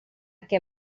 què